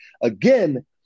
again